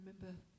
remember